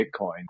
Bitcoin